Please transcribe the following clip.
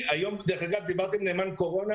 דיברתם על נאמן קורונה?